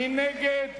מי נגד?